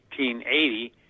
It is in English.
1880